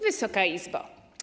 Wysoka Izbo!